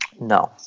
no